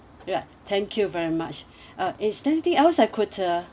ya thank you very much uh is there anything else I could uh